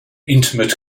intimate